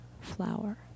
flower